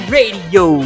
Radio